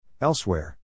Elsewhere